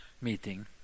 meeting